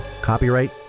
Copyright